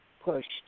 pushed